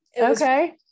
okay